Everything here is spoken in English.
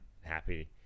happy